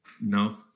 no